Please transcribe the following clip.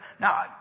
now